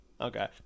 Okay